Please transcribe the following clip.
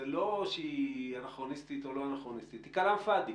זה לא שהיא אנכרוניסטית או לא אנכרוניסטית אלא היא קלאם פאדי.